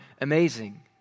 amazing